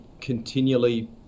continually